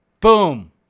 Boom